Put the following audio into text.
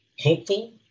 hopeful